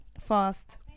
Fast